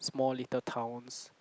small little towns